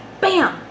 bam